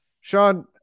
Sean